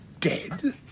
Dead